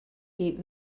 est